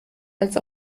als